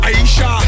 Aisha